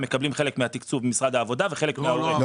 הם מקבלים חלק מהתקצוב ממשרד העבודה וחלק מההורים.